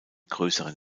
größeren